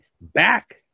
back